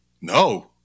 No